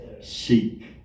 seek